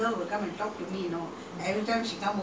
why why don't you make friends you are a young girl at that time